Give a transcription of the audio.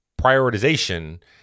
prioritization